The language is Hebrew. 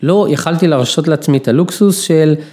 לא יכלתי להרשות לעצמי את הלוקסוס של..